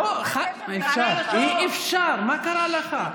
לא, אי-אפשר, מה קרה לך?